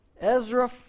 Ezra